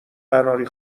قناری